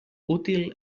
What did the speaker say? útil